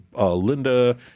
Linda